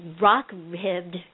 rock-ribbed